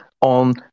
on